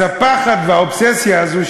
אז הפחד והאובססיה האלה,